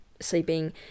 sleeping